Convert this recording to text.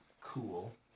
Cool